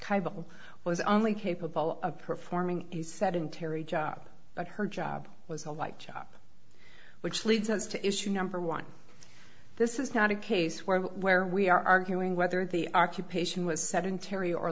bill was only capable of performing a sedentary job but her job was a like chop which leads us to issue number one this is not a case where where we are arguing whether the occupation was sedentary or